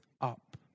up